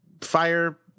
fire